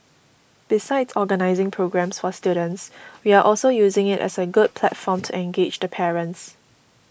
besides organising programmes for students we are also using it as a good platform to engage the parents